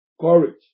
courage